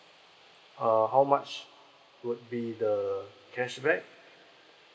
uh how much would be the cashback